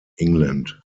england